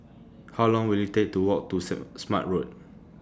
How Long Will IT Take to Walk to Saint Smart Road